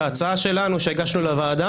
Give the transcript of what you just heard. וההצעה שלנו שהגשנו לוועדה,